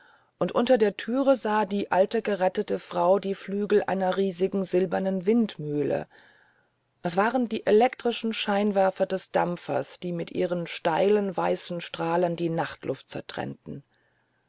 und unter der türe sah die alte gerettete dame die flügel einer riesigen silbernen windmühle es waren die elektrischen scheinwerfer des dampfers die mit ihren steilen weißen strahlen die nachtluft zertrennten